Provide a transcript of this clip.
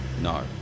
No